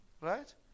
right